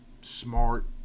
smart